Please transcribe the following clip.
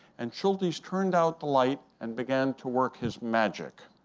and schultes turned out the light and began to work his magic.